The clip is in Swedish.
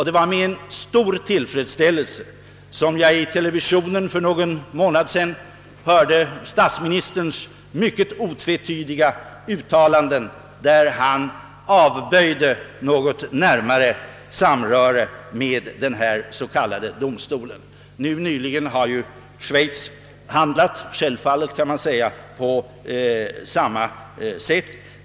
Det var med stor tillfredsställelse som jag i televisionen för någon månad sedan hörde statsministerns mycket otvetydiga uttalande, i vilket han avböjde något närmare samröre med denna s.k. domstol. Nyligen har ju Schweiz handlat — självfallet kan man säga — på samma sätt.